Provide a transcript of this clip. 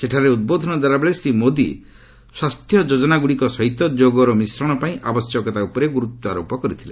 ସେଠାରେ ଉଦ୍ବୋଧନ ଦେଲାବେଳେ ଶ୍ରୀ ମୋଦି ସ୍ୱାସ୍ଥ୍ୟ ଯୋଜନାଗୁଡ଼ିକ ସହିତ ଯୋଗର ମିଶ୍ରଣ ପାଇଁ ଆବଶ୍ୟକତା ଉପରେ ଗୁରୁତ୍ୱାରୋପ କରିଥିଲେ